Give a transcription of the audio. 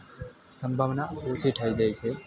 સંભાવના ઓછી થઈ જાય છે